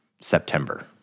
September